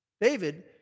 David